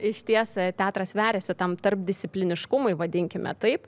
išties teatras veriasi tam tarpdiscipliniškumui vadinkime taip